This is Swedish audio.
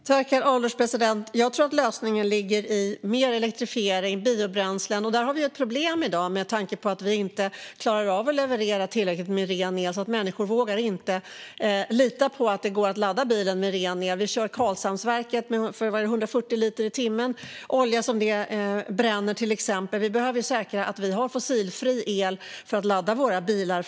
Herr ålderspresident! Jag tror att lösningen finns i mer elektrifiering och biobränslen. Där har vi ett problem i dag med tanke på att vi inte klarar av att leverera tillräckligt med ren el. Människor vågar inte lita på att det går att ladda bilen med ren el. Just nu körs till exempel Karlshamnsverket, där man bränner 140 000 liter olja i timmen. Vi behöver säkerställa att vi har fossilfri el framöver för att kunna ladda våra bilar.